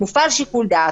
הוא מפעיל שיקול דעת,